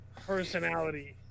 personality